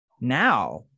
now